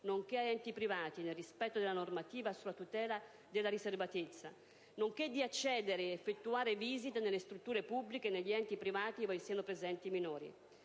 o a enti privati - nel rispetto della normativa sulla tutela della riservatezza - nonché di accedere ed effettuare visite nelle strutture pubbliche e negli enti privati ove siano presenti minori.